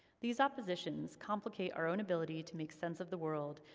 these oppositions complicate our own ability to make sense of the world,